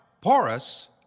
porous